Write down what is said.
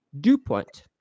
DuPont